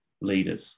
leaders